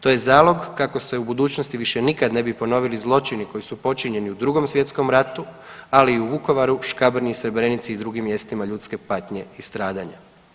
To je zalog kako se u budućnosti više nikad ne bi ponovili zločini koji su počinjeni u Drugom svjetskom ratu, ali i u Vukovaru, Škabrnji, Srebrenici i drugim mjestima ljudske patnje i stradanja.